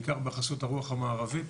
בעיקר בחסות הרוח המערבית